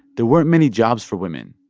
there weren't many jobs for women,